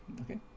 Okay